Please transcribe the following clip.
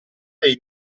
dei